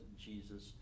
Jesus